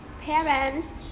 parents